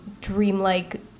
dreamlike